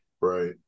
Right